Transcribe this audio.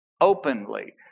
openly